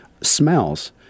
smells